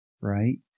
right